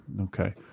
Okay